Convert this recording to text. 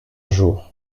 jour